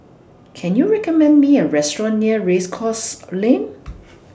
Can YOU recommend Me A Restaurant near Race Course Lane